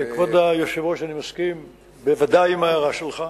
כבוד היושב-ראש, אני בוודאי מסכים להערה שלך.